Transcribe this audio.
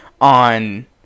on